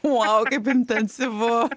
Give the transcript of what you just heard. vau kaip intensyvu